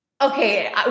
Okay